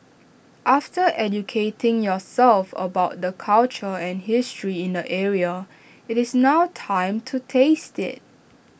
after educating yourself about the culture and history in the area IT is now time to taste IT